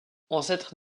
ancêtre